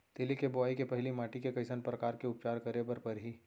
तिलि के बोआई के पहिली माटी के कइसन प्रकार के उपचार करे बर परही?